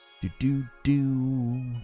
Do-do-do